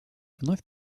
вновь